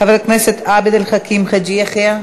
חבר הכנסת עבד אל חכים חאג' יחיא,